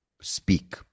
speak